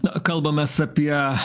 na kalbamės apie